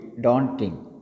daunting